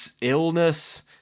illness